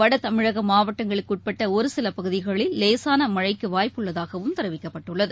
வடதமிழகமாவட்டங்களுக்குஉட்பட்டஒருசிலபகுதிகளில் லேசானமழக்குவாய்ப்பு உள்ளகவும் தெரிவிக்கப்பட்டுள்ளது